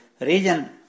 region